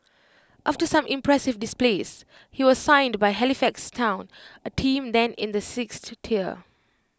after some impressive displays he was signed by Halifax Town A team then in the sixth tier